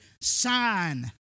sign